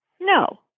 No